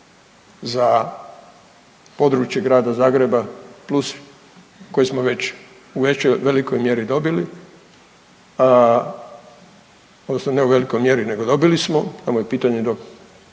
za područje Grada Zagreba plus koji smo već u velikoj mjeri dobili odnosno ne u velikoj mjeri nego dobili smo samo je pitanje do